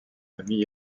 familles